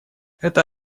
это